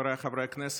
חבריי חברי הכנסת,